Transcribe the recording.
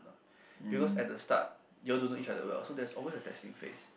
because at the start you all don't know each other well so there's always a testing phase